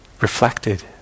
reflected